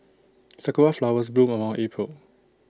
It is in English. Sakura Flowers bloom around April